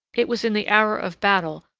it was in the hour of battle,